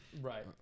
Right